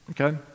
Okay